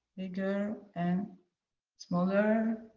bigger and smaller.